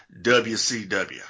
WCW